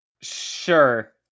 sure